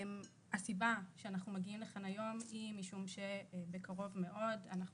הסיבה שאנחנו מגיעים לכאן היום היא משום שבקרוב מאוד אנחנו